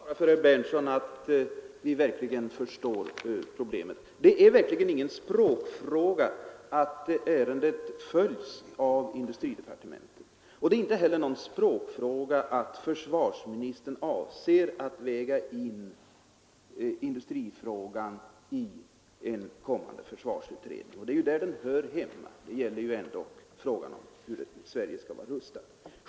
Fru talman! Jag har ju försökt förklara för herr Berndtson att vi verkligen förstår problemet. Det är faktiskt ingen språkfråga att ärendet följs av industridepartementet, och det är inte heller någon språkfråga att försvarsministern avser att väga in industriproblemet i en kommande försvarsutredning. Det är där frågan hör hemma. Det gäller ju ändå ytterst hur Sverige skall vara rustat.